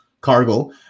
Cargill